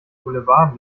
boulevard